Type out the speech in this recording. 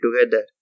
together